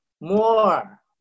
more